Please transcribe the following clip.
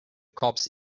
cops